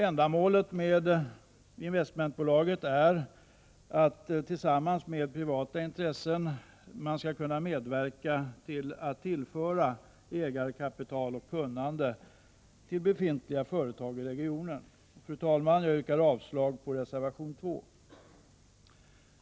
Ändamålet med investmentbolaget är att det tillsammans med privata intressen skall medverka till att tillföra ägarkapital och kunnande till befintliga företag i regionen. Fru talman! Jag yrkar avslag på reservation 2.